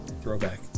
Throwback